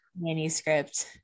manuscript